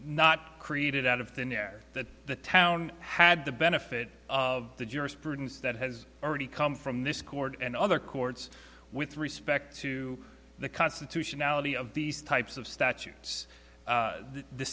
not created out of thin air that the town had the benefit of the jurisprudence that has already come from this court and other courts with respect to the constitutionality of these types of statutes that the